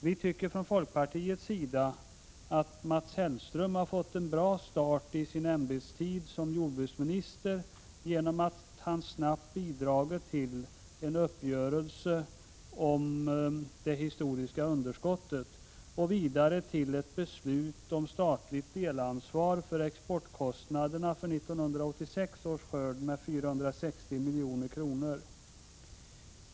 Vi tycker från folkpartiets sida att Mats Hellström fått en bra start på sin ämbetstid som jordbruksminister genom att han snabbt bidragit till en uppgörelse om det historiska underskottet och vidare till ett beslut om statligt delansvar för exportkostnaderna för 1986 års skörd med 460 milj.kr.